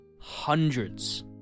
hundreds